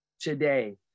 today